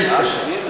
לי קשה.